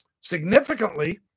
Significantly